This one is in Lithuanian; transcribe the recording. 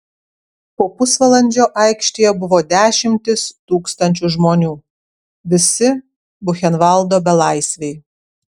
po pusvalandžio aikštėje buvo dešimtys tūkstančių žmonių visi buchenvaldo belaisviai